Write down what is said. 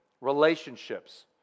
Relationships